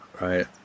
right